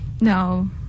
no